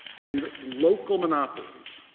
and local monopolies.